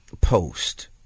post